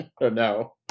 No